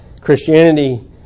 Christianity